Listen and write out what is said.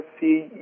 see